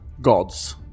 gods